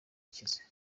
akize